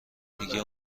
دیگه